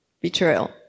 betrayal